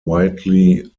widely